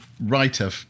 writer